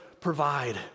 provide